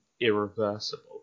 irreversible